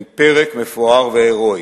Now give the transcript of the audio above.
הם פרק מפואר והירואי.